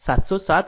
707 Im છે